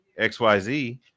xyz